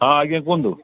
ହଁ ଆଜ୍ଞାୁନ୍ତୁ